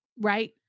right